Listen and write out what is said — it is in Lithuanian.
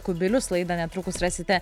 kubilius laidą netrukus rasite